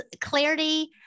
clarity